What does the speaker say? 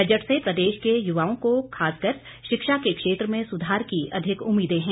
budget से प्रदेश के युवाओं को खास कर शिक्षा के क्षेत्र में सुधार की अधिक उम्मीदें हैं